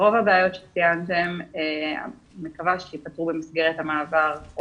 אני מקווה שרוב הבעיות שציינתם ייפתרו במסגרת המעבר,